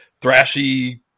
thrashy